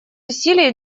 усилий